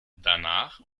danach